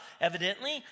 Evidently